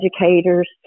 educators